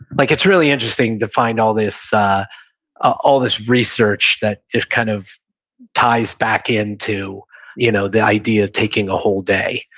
like it's really interesting to find all this all this research that it kind of ties back into you know the idea of taking a whole day,